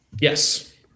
Yes